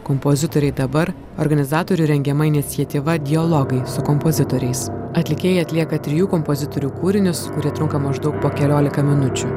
kompozitoriai dabar organizatorių rengiama iniciatyva dialogai su kompozitoriais atlikėjai atlieka trijų kompozitorių kūrinius kurie trunka maždaug po keliolika minučių